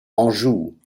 anjou